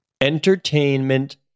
Entertainment